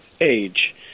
age